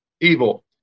evil